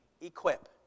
equip